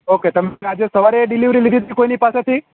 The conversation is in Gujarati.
ઓકે તમે આજે સવારે ડિલિવરી લીધી તી કોઈની પાસેથી